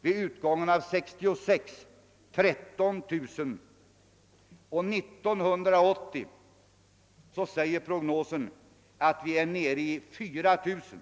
Vid utgången av år 1966 var det 13 000 och år 1980 är vi enligt prognosen nere i 4 000.